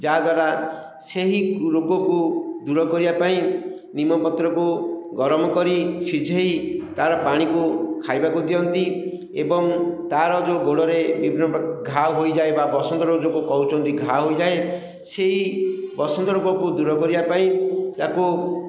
ଯାହାଦ୍ୱାରା ସେହି ରୋଗକୁ ଦୂର କରିବା ପାଇଁ ନିମ ପତ୍ରକୁ ଗରମ କରି ସିଝାଇ ତା'ର ପାଣିକୁ ଖାଇବାକୁ ଦିଅନ୍ତି ଏବଂ ତା'ର ଯେଉଁ ଗୋଡ଼ରେ ବିଭିନ୍ନ ପ୍ରକାର ଘା' ହୋଇଯାଏ ବା ବସନ୍ତ ରୋଗ ଯୋଗୁଁ କହୁଛନ୍ତି ଘା' ହୋଇଯାଏ ସେଇ ବସନ୍ତ ରୋଗକୁ ଦୂର କରିବା ପାଇଁ ତାକୁ